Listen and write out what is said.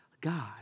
God